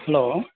hello